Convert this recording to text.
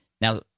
now